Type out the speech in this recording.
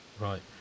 Right